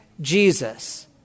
Jesus